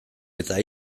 eta